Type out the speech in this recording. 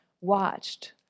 watched